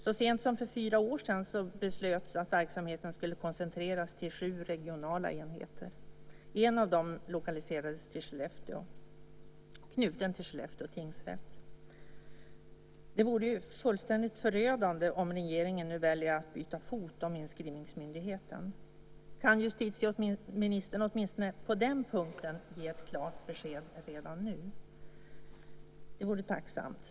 Så sent som för fyra år sedan beslöts att verksamheten skulle koncentreras till sju regionala enheter. En av dem lokaliserades till Skellefteå och knöts till Skellefteå tingsrätt. Det vore fullständigt förödande om regeringen nu väljer att byta ståndpunkt om inskrivningsmyndigheten. Kan justitieministern åtminstone i den frågan ge ett klart besked redan nu? Det vore tacknämligt.